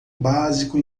básico